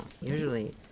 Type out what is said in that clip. usually